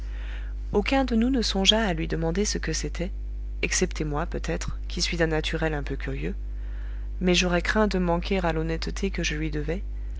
aucun de nous ne songea à lui demander ce que c'était excepté moi peut-être qui suis d'un naturel un peu curieux mais j'aurais craint de manquer à l'honnêteté que je lui devais